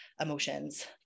emotions